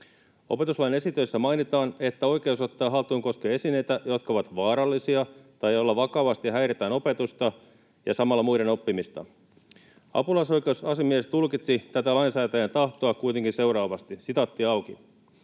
Opetuslain esitöissä mainitaan, että oikeus ottaa haltuun koskee esineitä, jotka ovat vaarallisia tai joilla vakavasti häiritään opetusta ja samalla muiden oppimista. Apulaisoikeusasiamies tulkitsi tätä lainsäätäjän tahtoa kuitenkin seuraavasti: ”Kännykkää